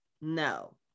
no